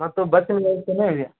ಮತ್ತು ಬಸ್ಸಿನ ವ್ಯವಸ್ಥೆಯೂ ಇದೆ